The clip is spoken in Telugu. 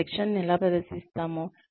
మనము శిక్షణను ఎలా ప్రదర్శిస్తాము